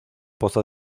pozo